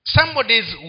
Somebody's